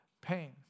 pain